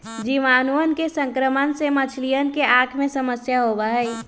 जीवाणुअन के संक्रमण से मछलियन के आँख में समस्या होबा हई